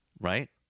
Right